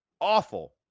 awful